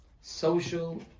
Social